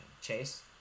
Chase